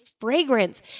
fragrance